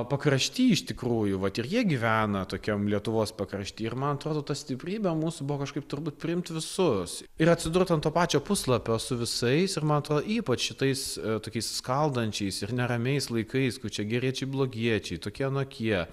pakrašty iš tikrųjų vat ir jie gyvena tokiam lietuvos pakrašty ir man atrodo ta stiprybė mūsų buvo kažkaip turbūt priimti visus ir atsidurt ant to pačio puslapio su visais ir man atrodo ypač šitais tokiais skaldančias ir neramiais laikais kai čia geriečiai blogiečiai tokie anokie